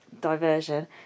diversion